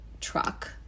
truck